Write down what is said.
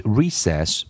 recess